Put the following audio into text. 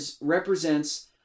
represents